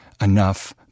enough